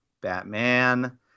Batman